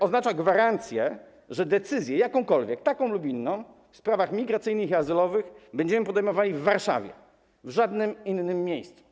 Oznacza gwarancję, że decyzję - jakąkolwiek, taką lub inną - w sprawach migracyjnych i azylowych będziemy podejmowali w Warszawie - w żadnym innym miejscu.